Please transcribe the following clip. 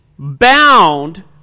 Bound